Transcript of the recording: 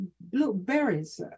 blueberries